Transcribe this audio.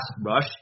rush